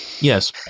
yes